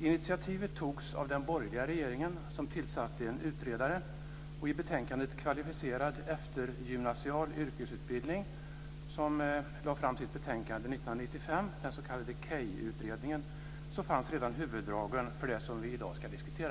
Initiativet togs av den borgerliga regeringen, som tillsatte en utredare. Och i betänkandet Kvalificerad eftergymnasial yrkesutbildning som lades fram 1995, den s.k. KEY-utredningen, fanns redan huvuddragen för det som vi i dag ska diskutera.